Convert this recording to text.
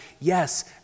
Yes